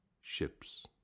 ships